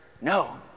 no